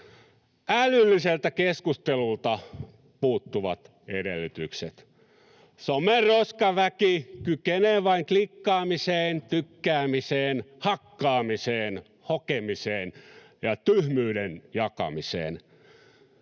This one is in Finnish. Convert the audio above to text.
Älylliseltä keskustelulta puuttuvat edellytykset. Somen roskaväki kykenee vain klikkaamiseen, tykkäämiseen, hakkaamiseen, hokemiseen ja tyhmyyden jakamiseen.